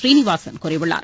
சீனிவாசன் கூறியுள்ளார்